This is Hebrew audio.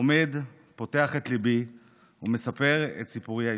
עומד, פותח את ליבי ומספר את סיפורי האישי,